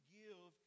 give